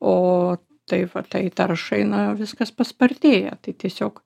o tai va tai taršai na viskas paspartėja tai tiesiog